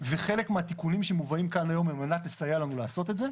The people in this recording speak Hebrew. וחלק מהתיקונים שמובאים כאן היום הם על מנת לסייע לנו לעשות את זה.